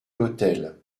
l’hôtel